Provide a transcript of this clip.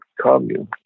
commune